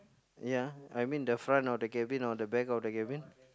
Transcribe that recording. ya I mean the front of the cabin or the back of the cabin